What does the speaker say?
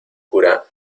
cura